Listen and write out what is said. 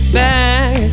back